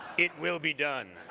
it will be done!